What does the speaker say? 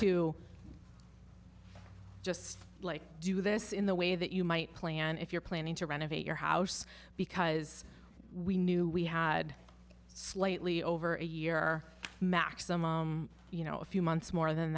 to just like do this in the way that you might plan if you're planning to renovate your house because we knew we had slightly over a year maximum you know a few months more than